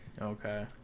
Okay